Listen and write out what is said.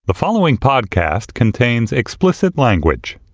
the following podcast contains explicit language.